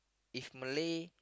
if Malay